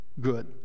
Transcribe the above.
good